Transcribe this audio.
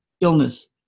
illness